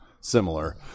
similar